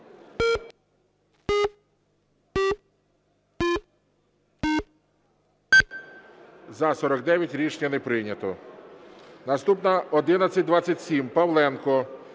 За-49 Рішення не прийнято. Наступна – 1127. Павленко